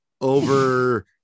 over